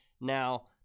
Now